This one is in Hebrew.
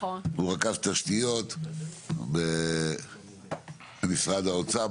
הוא רכז תשתיות במשרד האוצר,